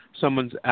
someone's